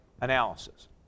analysis